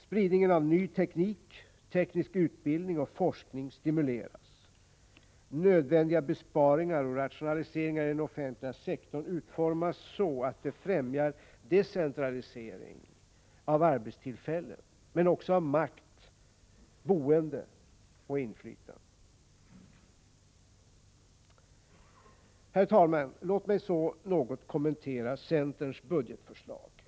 — Spridning av ny teknik, teknisk utbildning och forskning stimuleras. —- Nödvändiga besparingar och rationaliseringar i den offentliga sektorn utformas så att de främjar decentralisering av arbetstillfällen men också av makt, boende och inflytande. Herr talman! Låt mig så något kommentera centerns budgetförslag.